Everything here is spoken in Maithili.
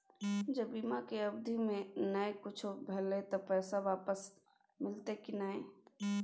ज बीमा के अवधि म नय कुछो भेल त पैसा वापस मिलते की नय?